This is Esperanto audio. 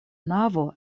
navo